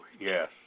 Yes